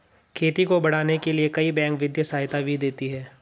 खेती को बढ़ाने के लिए कई बैंक वित्तीय सहायता भी देती है